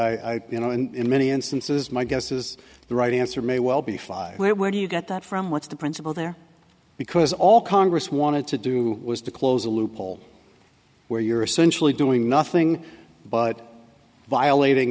i you know and in many instances my guess is the right answer may well be five where where do you get that from what's the principle there because all congress wanted to do was to close a loophole where you're essentially doing nothing but violating